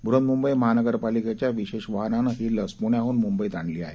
बृहन्मुंबईमहानगरपालिकेच्याविशेषवाहनानंहीलसपुण्याहूनमुंबईतआणलीआहे